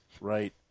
right